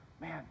man